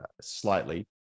slightly